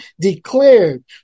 declared